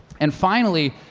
and finally,